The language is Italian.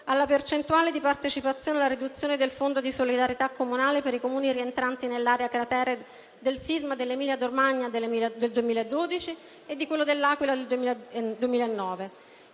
alla percentuale di partecipazione alla riduzione del Fondo di solidarietà comunale per i Comuni rientranti nell'area del cratere del sisma dell'Emilia Romagna del 2012 e di quello dell'Aquila del 2009.